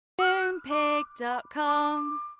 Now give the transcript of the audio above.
Moonpig.com